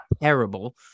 terrible